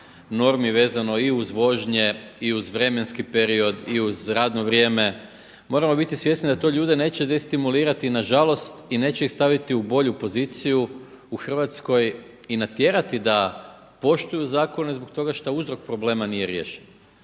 normi vezano i uz vožnje i uz vremenski period i uz radno vrijeme. Moramo biti svjesni da to ljude neće destimulirati na žalost i neće ih staviti u bolju poziciju u Hrvatskoj i natjerati da poštuju zakone zbog toga što uzrok problema nije riješen.